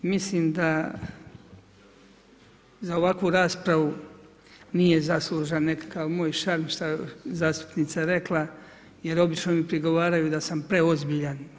Mislim da za ovakvu raspravu, nije zaslužan nekakav moj šarm, što je zastupnica rekla, jer obično mi prigovaraju da sam preozbiljan.